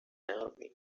army